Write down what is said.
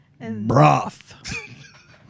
Broth